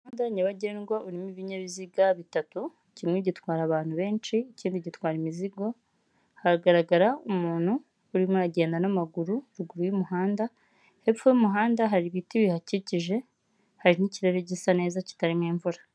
Umuhanda nyabagendwa urimo ibinyabiziga bitatu, kimwe gitwara abantu benshi, ikindi gitwara imizigo, haragaragara umuntu urimo uragenda n'amaguru ruguru y'umuhanda, hepfo y'umuhanda hari ibiti bihakikije, hari n'ikirere gisa neza kitarimo imvura.